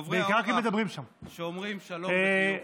ועוברי האורח אומרים שלום בחיוך.